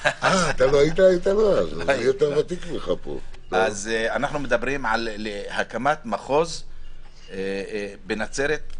אנחנו מדברים על הקמת מחוז בנצרת,